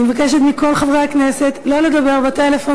אני מבקשת מכל חברי הכנסת שלא לדבר בטלפון